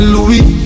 Louis